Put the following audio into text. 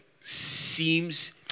seems